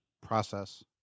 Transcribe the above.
process